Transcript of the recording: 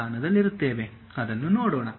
ಅದನ್ನು ನೋಡೋಣ